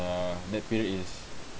uh that period is